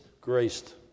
graced